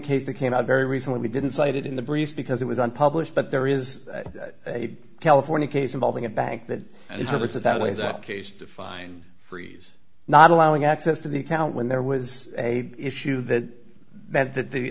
case that came out very recently we didn't cite it in the brief because it was unpublished but there is a california case involving a bank that and its limits that lays out case defined freeze not allowing access to the account when there was a issue that that that the